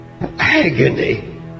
agony